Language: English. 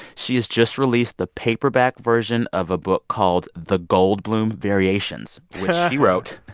she has just released the paperback version of a book called the goldblum variations, which she wrote.